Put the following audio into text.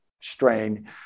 strain